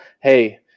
Hey